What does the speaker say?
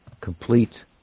complete